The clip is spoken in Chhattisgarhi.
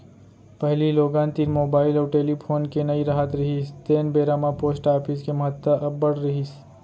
पहिली लोगन तीर मुबाइल अउ टेलीफोन के नइ राहत रिहिस तेन बेरा म पोस्ट ऑफिस के महत्ता अब्बड़ रिहिस